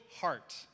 heart